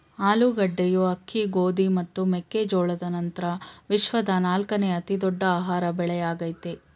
ಆಲೂಗಡ್ಡೆಯು ಅಕ್ಕಿ ಗೋಧಿ ಮತ್ತು ಮೆಕ್ಕೆ ಜೋಳದ ನಂತ್ರ ವಿಶ್ವದ ನಾಲ್ಕನೇ ಅತಿ ದೊಡ್ಡ ಆಹಾರ ಬೆಳೆಯಾಗಯ್ತೆ